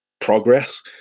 progress